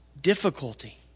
difficulty